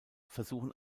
versuchen